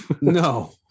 No